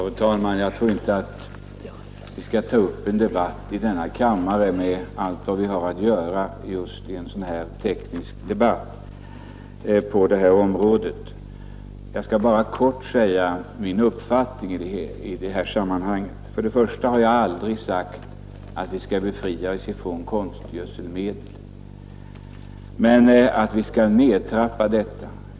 Fru talman! Jag tror inte att vi skall ta upp en sådan här teknisk debatt i denna kammare med tanke på allt vi har att göra. Jag skall bara kort redovisa min uppfattning i det här sammanhanget. Jag har aldrig sagt att vi skall befria oss ifrån konstgödselmedel, men jag har sagt att vi skall nedtrappa användningen.